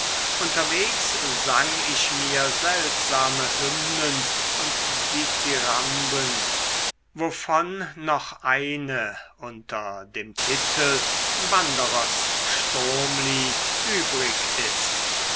unterwegs sang ich mir seltsame hymnen und dithyramben wovon noch eine unter dem titel wanderers sturmlied übrig ist